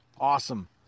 Awesome